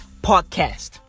podcast